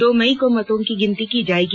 दो मई को मतों की गिनती की जाएगी